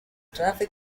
traffic